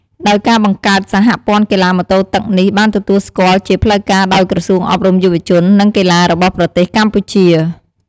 ដោយការបង្កើត សហព័ន្ធកីឡាម៉ូតូទឹកនេះបានទទួលស្គាល់ជាផ្លូវការដោយក្រសួងអប់រំយុវជន និងកីឡារបស់ប្រទេសកម្ពុជា។